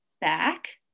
back